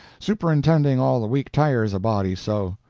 superintending all the week tires a body so.